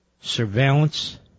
surveillance